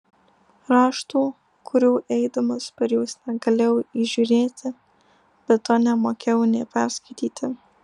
raštų kurių eidamas per juos negalėjau įžiūrėti be to nemokėjau nė perskaityti